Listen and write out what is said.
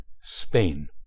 Spain